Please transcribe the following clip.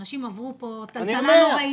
אנשים עברו פה טלטלה נוראית.